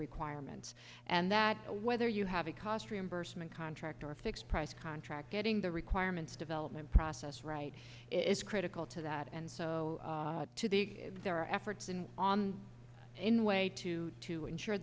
requirements and that whether you have a cost reimbursement contract or a fixed price contract getting the requirements development process right is critical to that and so there are efforts in on in way to to ensure